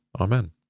Amen